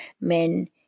men